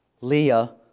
Leah